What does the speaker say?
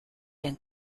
and